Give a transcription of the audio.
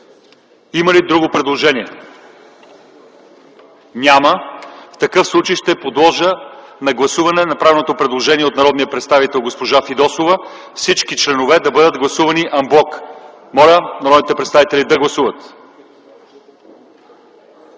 Има ли друго предложение? Няма. В такъв случай ще подложа на гласуване направеното процедурно предложение от народния представител госпожа Фидосова – всички членове да бъдат гласувани ан блок. Моля народните представители да гласуват.